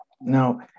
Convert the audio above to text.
Now